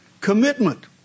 commitment